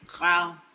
Wow